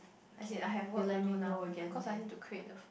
as in I have work to do now I cause I need to create the